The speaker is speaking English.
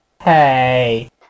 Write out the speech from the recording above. hey